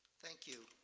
thank you.